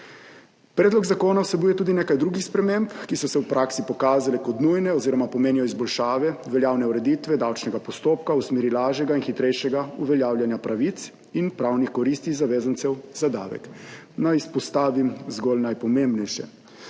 Predlog zakona vsebuje tudi nekaj drugih sprememb, ki so se v praksi pokazale kot nujne oziroma pomenijo izboljšave veljavne ureditve davčnega postopka v smeri lažjega in hitrejšega uveljavljanja pravic in pravnih koristi zavezancev za davek. Naj izpostavim zgolj najpomembnejše.